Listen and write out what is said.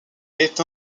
est